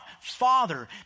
Father